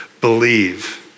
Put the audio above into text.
believe